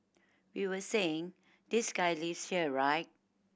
we were saying this guy lives here right